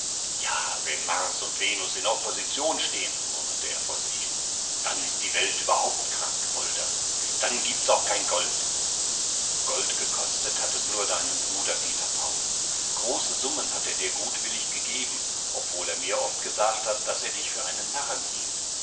ja wenn mars und venus in opposition stehen murmelte er vor sich hin dann ist die welt überhaupt krank polderl dann gibt's auch kein gold gold gekostet hat es nur deinen bruder peter paul große summen hat er dir gutwillig gegeben obwohl er mir oft gesagt hat daß er dich für einen narren hielt